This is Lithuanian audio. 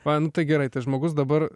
a nu tai gerai tai žmogus dabar